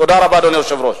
תודה רבה, אדוני היושב-ראש.